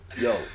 Yo